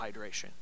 hydration